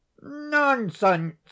Nonsense